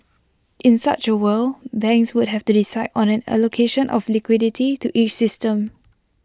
in such A world banks would have to decide on an allocation of liquidity to each system